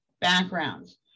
backgrounds